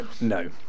No